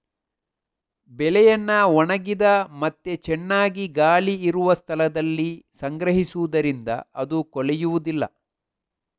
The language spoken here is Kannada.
ಬೆಳೆಯನ್ನ ಒಣಗಿದ ಮತ್ತೆ ಚೆನ್ನಾಗಿ ಗಾಳಿ ಇರುವ ಸ್ಥಳದಲ್ಲಿ ಸಂಗ್ರಹಿಸುದರಿಂದ ಅದು ಕೊಳೆಯುದಿಲ್ಲ